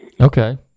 Okay